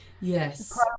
Yes